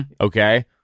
Okay